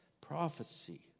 prophecy